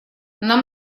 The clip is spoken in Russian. нам